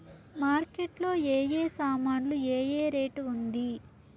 Market లో ఏ ఏ సామాన్లు ఏ ఏ రేటు ఉంది?